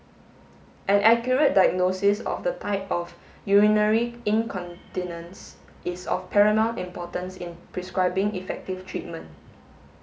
an accurate diagnosis of the type of urinary incontinence is of paramount importance in prescribing effective treatment